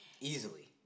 Easily